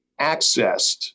accessed